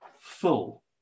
full